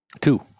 Two